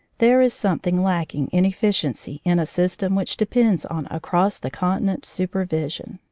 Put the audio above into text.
there is something lacking in efficiency in a system which depends on across-the continent supervision.